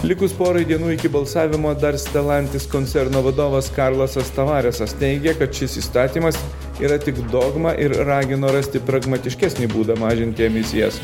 likus porai dienų iki balsavimo dar stelantis koncerno vadovas karlas estavaresas teigė kad šis įstatymas yra tik dogma ir ragino rasti pragmatiškesnį būdą mažinti emisijas